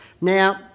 Now